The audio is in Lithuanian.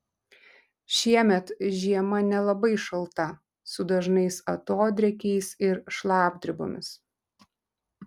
šiemet žiema nelabai šalta su dažnais atodrėkiais ir šlapdribomis